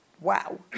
wow